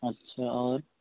अच्छा और